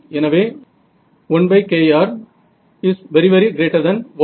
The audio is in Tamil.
எனவே 1kr 1